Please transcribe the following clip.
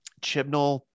Chibnall